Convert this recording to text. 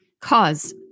Cause